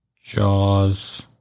Jaws